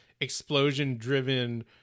explosion-driven